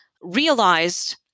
realized